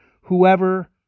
whoever